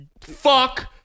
fuck